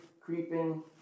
creeping